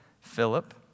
Philip